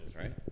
right